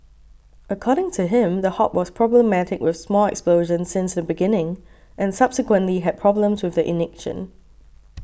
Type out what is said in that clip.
according to him the hob was problematic with small explosions since the beginning and subsequently had problems with the ignition